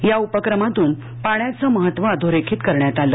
या उपक्रमातून पाण्याचं महत्त्व अधोरेखित करण्यात आलं